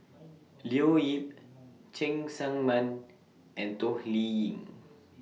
Leo Yip Cheng Tsang Man and Toh Liying